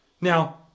Now